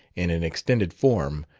in an extended form,